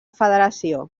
federació